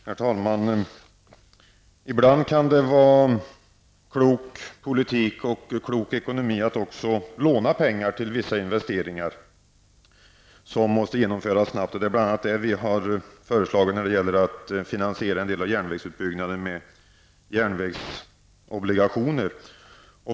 Herr talman! Ibland kan det vara klok politik och klok ekonomi att också låna pengar till vissa investeringar som snabbt måste genomföras. Vi har bl.a. föreslagit att man skall finansiera en del av järnvägsutbyggnaden med järnvägsobligationer.